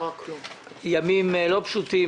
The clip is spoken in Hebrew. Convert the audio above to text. ימים לא פשוטים,